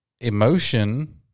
emotion